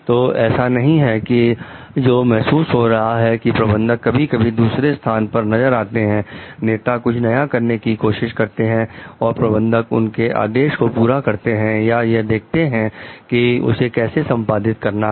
तो ऐसा नहीं है जो महसूस हो रहा है कि प्रबंधक कभी कभी दूसरे स्थान पर नजर आते हैं नेता कुछ नया करने की कोशिश करते हैं और प्रबंधक उनके आदेश को पूरा करते हैं या यह देखते हैं कि उसे कैसे संपादित करना है